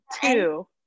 two